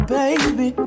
baby